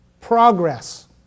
progress